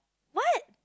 what